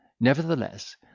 nevertheless